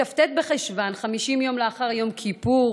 בכ"ט בחשוון, 50 יום לאחר יום כיפור,